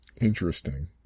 Interesting